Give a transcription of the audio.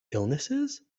illnesses